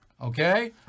Okay